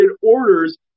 orders